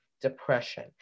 depression